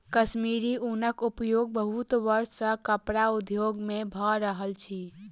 कश्मीरी ऊनक उपयोग बहुत वर्ष सॅ कपड़ा उद्योग में भ रहल अछि